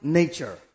nature